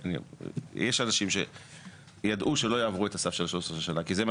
יש אנשים שידעו שלא יעברו את הסף של ה-13 שנים כי זה מה